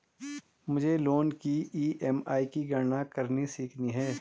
मुझे लोन की ई.एम.आई की गणना करनी सीखनी है